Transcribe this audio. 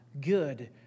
good